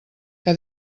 que